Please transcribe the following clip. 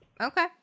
Okay